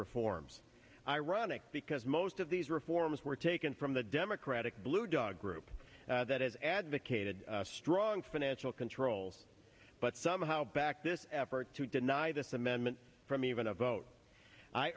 reforms ironic because most of these reforms were taken from the democratic blue dog group that has advocated strong financial controls but somehow backed this effort to deny this amendment from even a vote i